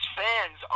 fans